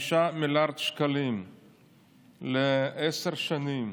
5 מיליארד שקלים לעשר שנים.